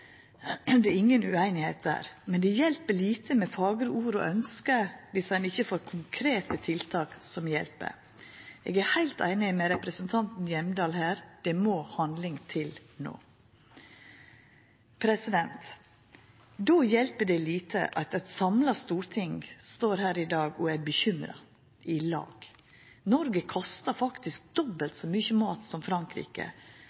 ueinigheit der. Men det hjelper lite med fagre ord og ønske dersom ein ikkje får konkrete tiltak som hjelper. Eg er heilt einig med representanten Hjemdal her – det må handling til no. Då hjelper det lite at eit samla storting står her i dag og er bekymra i lag. Noreg kastar faktisk